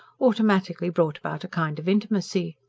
automatically brought about a kind of intimacy.